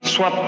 Soit